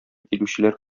килүчеләр